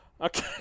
Okay